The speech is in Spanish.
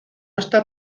está